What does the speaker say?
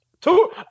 Two